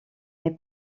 est